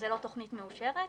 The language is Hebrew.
זו לא תוכנית מאושרת?